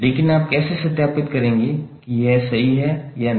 लेकिन आप कैसे सत्यापित करेंगे कि यह सही है या नहीं